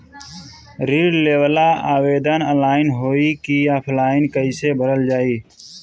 ऋण लेवेला आवेदन ऑनलाइन होई की ऑफलाइन कइसे भरल जाई?